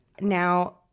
Now